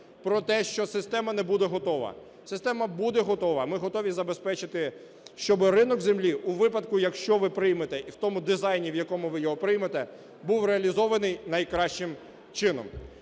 про те, що система не буде готова. Система буде готова, ми готові забезпечити, щоби ринок землі у випадку, якщо ви приймете, і в тому дизайні, у якому ви його приймете, був реалізований найкращим чином.